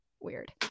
weird